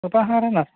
उपाहारः नास्ति